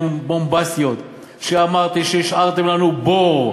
בומבסטיות שאמרתי בהן שהשארתם לנו בור,